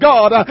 God